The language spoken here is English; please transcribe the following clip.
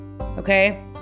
Okay